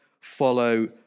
follow